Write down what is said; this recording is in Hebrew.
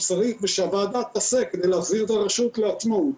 שצריך ושהוועדה תעשה כדי להחזיר את הרשות לעצמאות.